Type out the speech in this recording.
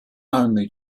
only